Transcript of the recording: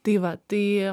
tai va tai